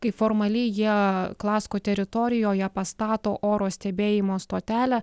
kai formaliai jie klasko teritorijoje pastato oro stebėjimo stotelę